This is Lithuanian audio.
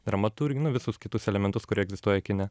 dramatur nu visus kitus elementus kurie egzistuoja kine